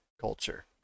Culture